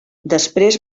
després